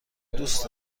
دوست